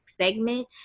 segment